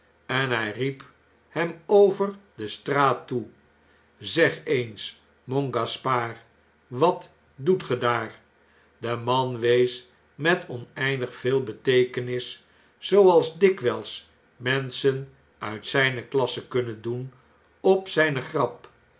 en hij riep hem over de straat toe zeg eens m o n gaspard wat doet ge daar de man wees met oneindig veel beteekenis zooals dikwijls menschen uit zjjne klasse kunnen doen op zjjne grap